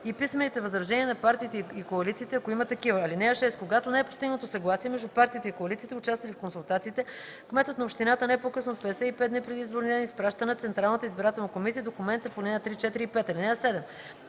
и писмените възражения на партиите и коалициите, ако има такива. (6) Когато не е постигнато съгласие между партиите и коалициите, участвали в консултациите, кметът на общината не по-късно от 55 дни преди изборния ден изпраща на Централната избирателна комисия документите по ал. 3, 4 и 5. (7)